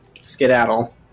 skedaddle